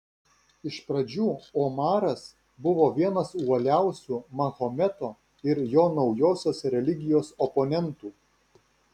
iš pradžių omaras buvo vienas uoliausių mahometo ir jo naujosios religijos oponentų